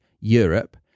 Europe